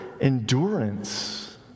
endurance